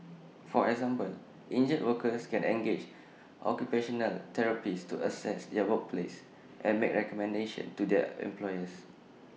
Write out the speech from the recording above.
for example injured workers can engage occupational therapists to assess their workplace and make recommendations to their employers